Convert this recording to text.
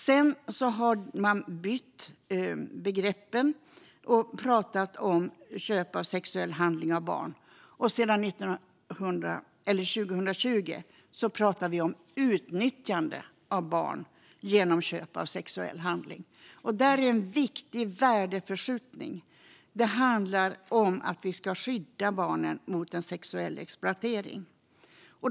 Sedan har man bytt ut begreppet och bland annat pratat om köp av sexuell handling av barn, och sedan 2020 pratar vi om utnyttjande av barn genom köp av sexuell handling. Detta är en viktig värdeförskjutning. Det handlar om att vi ska skydda barnen mot sexuell exploatering.